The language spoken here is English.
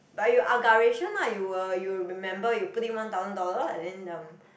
but you agaration lah you will you will remember you put in one thousand dollar and then um